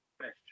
best